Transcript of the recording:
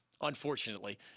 unfortunately